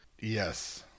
Yes